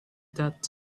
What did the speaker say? that